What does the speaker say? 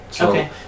Okay